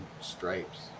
stripes